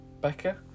Becca